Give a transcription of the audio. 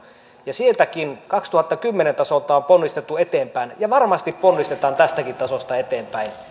ja sieltä vuoden kaksituhattakymmenen tasoltakin on ponnistettu eteenpäin ja varmasti ponnistetaan tästäkin tasosta eteenpäin